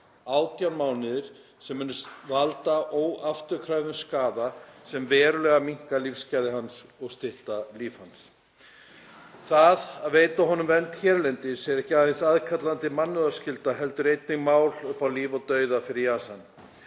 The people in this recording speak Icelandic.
18 mánuði sem munu valda óafturkræfum skaða sem minnka verulega lífsgæði hans og stytta líf hans. Það að veita honum vernd hérlendis er ekki aðeins aðkallandi mannúðarskylda heldur einnig mál upp á líf og dauða fyrir Yazan.